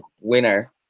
winner